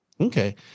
Okay